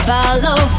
Follow